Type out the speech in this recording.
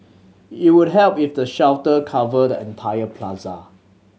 it would help if the shelter covered the entire plaza